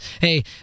Hey